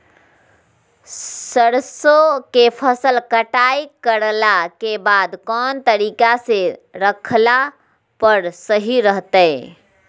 सरसों के फसल कटाई करला के बाद कौन तरीका से रखला पर सही रहतय?